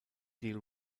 deal